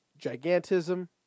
gigantism